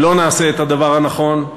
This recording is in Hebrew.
אם לא נעשה את הדבר הנכון,